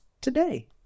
today